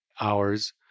hours